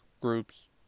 groups